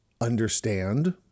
understand